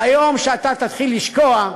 ביום שאתה תתחיל לשקוע,